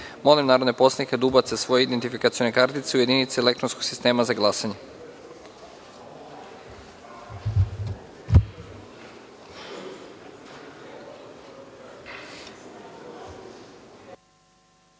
narodne poslanike da ubace svoje identifikacione kartice u jedinice elektronskog sistema za